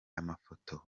amafoto